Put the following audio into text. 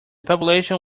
population